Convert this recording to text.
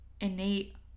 innate